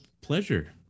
pleasure